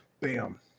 Bam